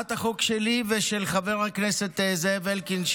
הצעת החוק שלי ושל חבר הכנסת זאב אלקין,